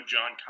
John